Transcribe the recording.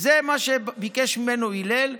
זה מה שביקש ממנו הלל.